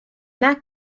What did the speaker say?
that